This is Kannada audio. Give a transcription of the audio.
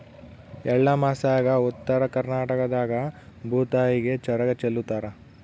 ಎಳ್ಳಮಾಸ್ಯಾಗ ಉತ್ತರ ಕರ್ನಾಟಕದಾಗ ಭೂತಾಯಿಗೆ ಚರಗ ಚೆಲ್ಲುತಾರ